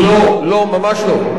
לא, ממש לא.